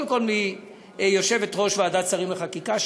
קודם כול יושבת-ראש ועדת שרים לחקיקה,